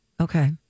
Okay